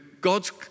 God's